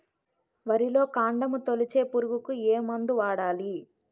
వరిలో కాండము తొలిచే పురుగుకు ఏ మందు వాడాలి?